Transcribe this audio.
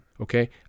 okay